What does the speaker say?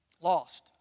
Lost